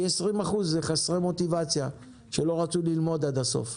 כי 20% זה חסרי מוטיבציה שלא רצו ללמוד עד הסוף.